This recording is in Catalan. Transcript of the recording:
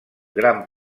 gran